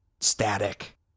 static